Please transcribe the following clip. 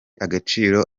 agaciro